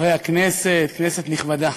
חברי הכנסת, כנסת נכבדה,